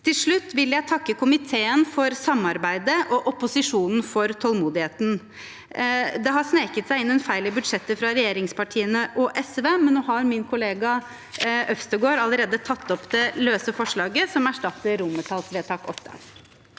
Til slutt vil jeg takke komiteen for samarbeidet og opposisjonen for tålmodigheten. Det har sneket seg inn en feil i budsjettet fra regjeringspartiene og SV, men nå har min kollega Øvstegård allerede tatt opp forslaget som erstatter romertallsvedtak